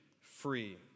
free